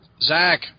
Zach